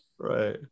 Right